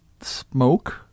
smoke